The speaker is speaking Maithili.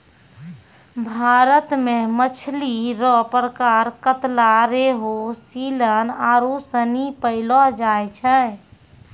भारत मे मछली रो प्रकार कतला, रेहू, सीलन आरु सनी पैयलो जाय छै